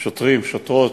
שוטרים, שוטרות,